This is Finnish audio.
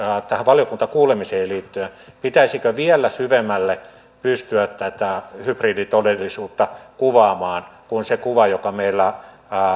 tähän valiokuntakuulemiseen liittyen pitäisikö vielä syvemmälle pystyä tätä hybriditodellisuutta kuvaamaan kuin on se kuva joka meillä